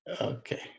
Okay